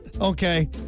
Okay